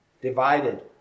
divided